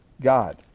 God